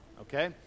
Okay